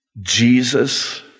Jesus